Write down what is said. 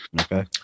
Okay